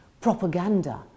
propaganda